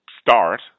start